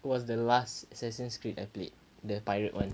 was the last assassin's creed I played the pirate one